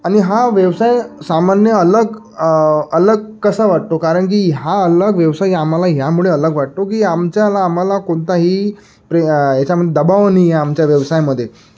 आणि हा व्यवसाय सामान्य अलग अलग कसा वाटतो कारण की हा अलग व्यवसाय आम्हाला ह्यामुळे अलग वाटतो की आमच्याला आम्हाला कोणताही प्रे याच्यामध्ये दबाव नाही आहे आमच्या व्यवसायामध्ये